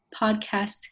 podcast